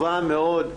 טובה מאוד,